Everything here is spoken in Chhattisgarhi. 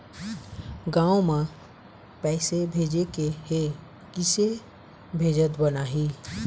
गांव म पैसे भेजेके हे, किसे भेजत बनाहि?